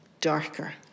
darker